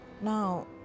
now